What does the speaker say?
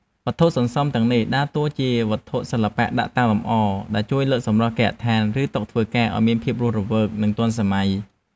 វត្ថុសន្សំទាំងនេះដើរតួជា វត្ថុសិល្បៈដាក់តាំងលម្អ ដែលជួយលើកសម្រស់គេហដ្ឋាន ឬតុធ្វើការឱ្យមានភាពរស់រវើក និងទាន់សម័យ។